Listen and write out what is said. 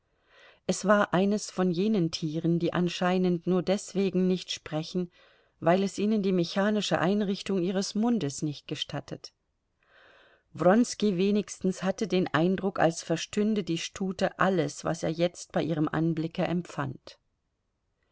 es war eines von jenen tieren die anscheinend nur deswegen nicht sprechen weil es ihnen die mechanische einrichtung ihres mundes nicht gestattet wronski wenigstens hatte den eindruck als verstünde die stute alles was er jetzt bei ihrem anblicke empfand